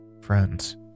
friends